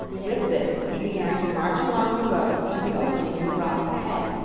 with this, he began to march along the road to the opening in the rocks ahead,